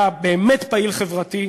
היה באמת פעיל חברתי.